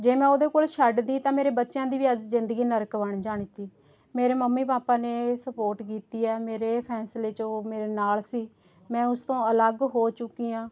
ਜੇ ਮੈਂ ਉਹਦੇ ਕੋਲ ਛੱਡਦੀ ਤਾਂ ਮੇਰੇ ਬੱਚਿਆਂ ਦੀ ਵੀ ਅੱਜ ਜ਼ਿੰਦਗੀ ਨਰਕ ਬਣ ਜਾਣੀ ਤੀ ਮੇਰੇ ਮੰਮੀ ਪਾਪਾ ਨੇ ਸਪੋਰਟ ਕੀਤੀ ਹੈ ਮੇਰੇ ਫੈਸਲੇ ਵਿੱਚ ਉਹ ਮੇਰੇ ਨਾਲ ਸੀ ਮੈਂ ਉਸ ਤੋਂ ਅਲੱਗ ਹੋ ਚੁੱਕੀ ਹਾਂ